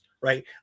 right